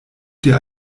dir